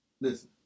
listen